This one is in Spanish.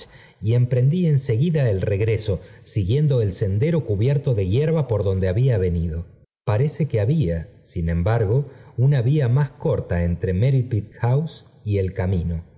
y emprendí en seguida el regreso siguiendo el sendero cubierto de hierba por donde había venido parece que había sin embargo una vía más corta entre merripit house y el camino